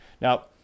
Now